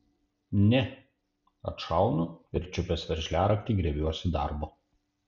ne atšaunu ir čiupęs veržliaraktį griebiuosi darbo